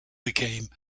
became